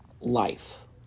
life